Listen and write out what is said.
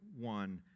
one